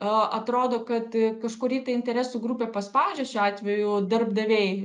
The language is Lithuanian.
a atrodo kad kažkuri tai interesų grupė paspaudžia šiuo atveju darbdaviai